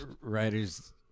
writers